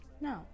no